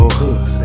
hood